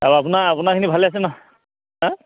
আ আপোনাৰ আপোনাৰখিনি ভালে আছে ন